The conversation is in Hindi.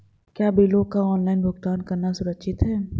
क्या बिलों का ऑनलाइन भुगतान करना सुरक्षित है?